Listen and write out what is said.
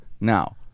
now